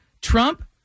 Trump